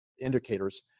indicators